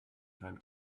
time